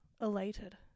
elated